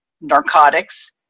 narcotics